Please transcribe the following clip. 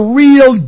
real